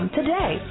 today